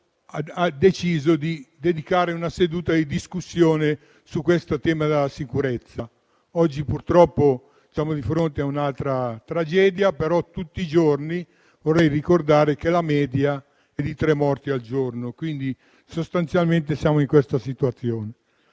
ha deciso di dedicare una seduta di discussione al tema della sicurezza. Oggi, purtroppo, siamo di fronte a un'altra tragedia, ma vorrei ricordare che la media è di tre morti al giorno. Sostanzialmente, siamo in questa situazione.